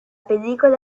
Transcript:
pellicola